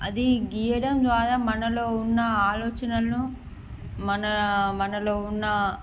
అది గీయడం ద్వారా మనలో ఉన్న ఆలోచనలను మన మనలో ఉన్న